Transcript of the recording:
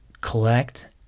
collect